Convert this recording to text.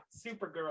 Supergirl